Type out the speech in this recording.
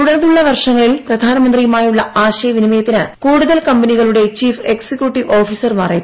തൂടർന്നുള്ള വർഷങ്ങളിൽ പ്രധാനമന്ത്രിയുമായുള്ള ആശയവിനിമയത്തിന് കൂടുതൽ കമ്പനികളുടെ ചീഫ് എക്സിക്യൂട്ടീവ് ഓഫീസർമാർ എത്തി